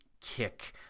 kick